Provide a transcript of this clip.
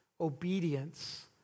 obedience